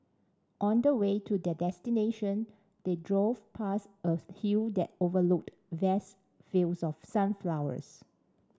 on the way to their destination they drove past a hill that overlooked vast fields of sunflowers